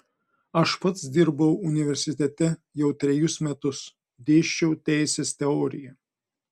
aš pats dirbau universitete jau trejus metus dėsčiau teisės teoriją